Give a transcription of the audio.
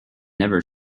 never